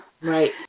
Right